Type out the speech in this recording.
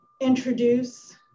introduce